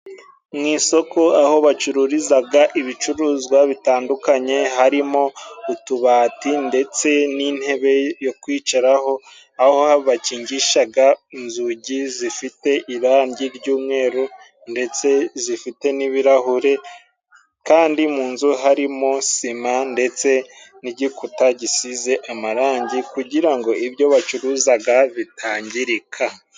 Mu isoko aho bacururizaga ibicuruzwa bitandukanye harimo utubati ndetse n'intebe yo kwicaraho, aho bakingishaga inzugi zifite irangi ry'umweru ndetse zifite n'ibirahure, kandi mu nzu harimo sima ndetse n'igikuta gisize amarangi, kugira ngo ibyo bacuruzaga bitangirika.